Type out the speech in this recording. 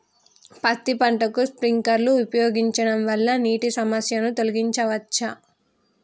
పత్తి పంటకు స్ప్రింక్లర్లు ఉపయోగించడం వల్ల నీటి సమస్యను తొలగించవచ్చా?